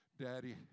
Daddy